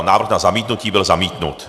Návrh na zamítnutí byl zamítnut.